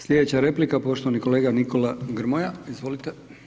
Slijedeća replika, poštovani kolega Nikola Grmoja, izvolite.